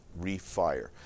refire